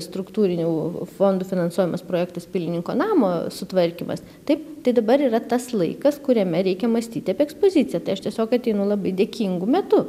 struktūrinių fondų finansuojamas projektas pilininko namo sutvarkymas taip tai dabar yra tas laikas kuriame reikia mąstyti apie ekspoziciją tai aš tiesiog ateinu labai dėkingu metu